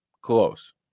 close